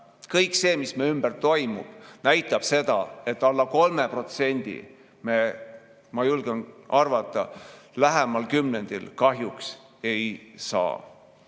kõik see, mis meie ümber toimub, näitab, et alla 3% me, ma julgen arvata, lähemal kümnendil kahjuks ei saa.